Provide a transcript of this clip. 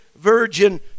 virgin